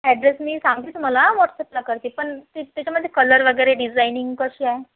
address मी सांगते तुम्हाला व्हाट्सॲपला करते पण ते त्याच्यामध्ये कलर वगैरे डिझाईनिंग कशी आहे